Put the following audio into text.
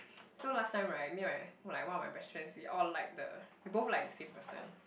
so last time right me and my like one of my best friends we all liked the we both liked the same person